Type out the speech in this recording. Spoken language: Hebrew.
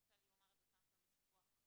ויצא לי לומר את זה כמה פעמים בשבוע האחרון,